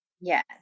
Yes